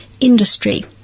industry